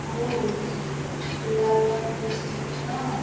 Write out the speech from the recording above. ମୁଁ ସୁନ୍ଦରଗଡ଼ ଡିଷ୍ଟ୍ରିକ୍ର